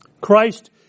Christ